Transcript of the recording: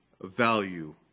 value